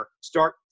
start